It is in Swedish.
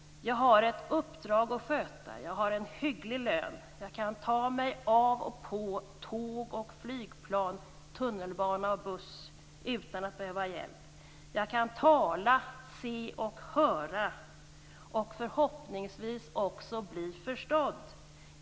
Jag har ett uppdrag att sköta. Jag har en hygglig lön. Jag kan ta mig av och på tåg och flygplan, tunnelbana och buss utan att behöva hjälp. Jag kan tala, se och höra och förhoppningsvis också bli förstådd.